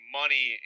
money